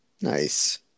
Nice